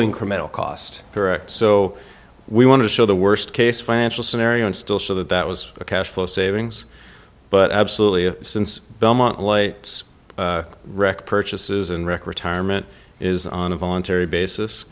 incremental cost correct so we want to show the worst case financial scenario and still show that that was a cash flow savings but absolutely since belmont lights wreck purchases and wreck retirement is on a voluntary basis